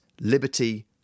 liberty